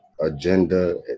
agenda